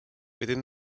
within